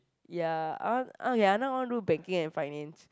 ya I want ya I wanna do banking and finance